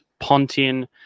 Pontian